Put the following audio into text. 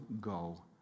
go